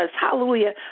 hallelujah